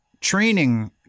training